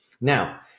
now